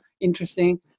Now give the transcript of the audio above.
interesting